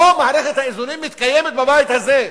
פה מערכת האיזונים מתקיימת בבית הזה,